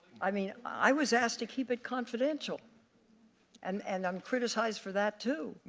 i mean i was asked to keep it confidential and and i'm criticized for that too.